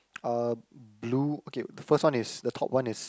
uh blue okay the first one is the top one is